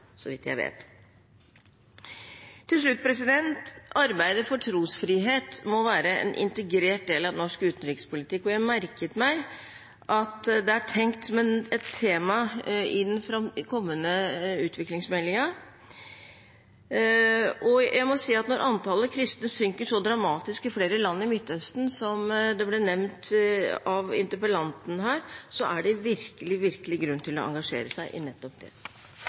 så vidt jeg vet. Til slutt: Arbeidet for trosfrihet må være en integrert del av norsk utenrikspolitikk. Jeg merket meg at det er tenkt som et tema i den kommende utviklingsmeldingen. Jeg må si at når antallet kristne synker så dramatisk i flere land i Midtøsten som det ble nevnt av interpellanten her, er det virkelig grunn til å engasjere seg i nettopp det.